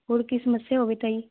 ਹੋਰ ਕੋਈ ਸਮੱਸਿਆ ਹੋਵੇ ਤਾ